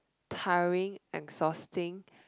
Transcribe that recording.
tiring exhausting